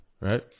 right